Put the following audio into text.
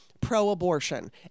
pro-abortion